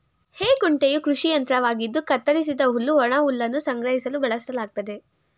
ಹೇ ಕುಂಟೆಯು ಕೃಷಿ ಯಂತ್ರವಾಗಿದ್ದು ಕತ್ತರಿಸಿದ ಹುಲ್ಲು ಒಣಹುಲ್ಲನ್ನು ಸಂಗ್ರಹಿಸಲು ಬಳಸಲಾಗ್ತದೆ